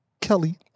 Kelly